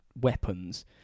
weapons